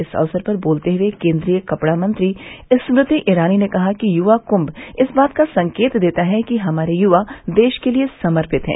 इस अवसर पर बोलते हुए केन्द्रीय कपड़ा मंत्री स्मृति ईरानी ने कहा कि युवा कुम्भ इस बात का संकेत देता है कि हमारे युवा देश के लिए समर्पित है